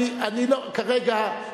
כרגע,